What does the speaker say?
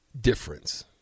difference